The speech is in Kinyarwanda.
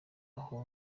aho